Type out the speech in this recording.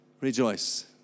rejoice